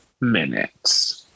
minutes